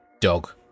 dog